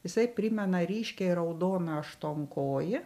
jisai primena ryškiai raudoną aštuonkojį